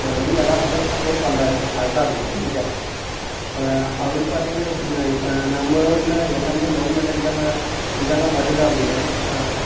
அவர் வந்து எல்லா பக்கம் சப்போர்ட் பண்றார் அதை தான் அப்படி சொல்லிவிட்டேன் அவர் அவர் பார்த்திங்கன்னா வச்சுக்கோங்களேன் இப்போ நம்ம ஊரில் எல்லாமே கவர்மெண்ட் எக்ஸாம் இதெல்லாம் வருது அப்படினா